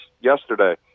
yesterday